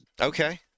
Okay